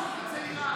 ההתיישבות הצעירה.